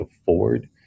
afford